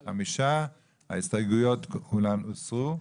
5. הצבעה לא אושר ההסתייגויות כולן הוסרו.